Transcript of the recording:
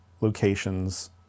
locations